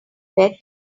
bet